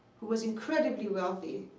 who was incredibly wealthy.